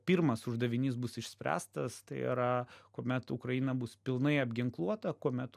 pirmas uždavinys bus išspręstas tai yra kuomet ukraina bus pilnai apginkluota kuomet